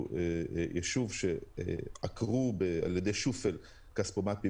יישוב שעקרו על ידי שופל כספומט מבנק.